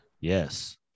Yes